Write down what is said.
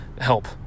help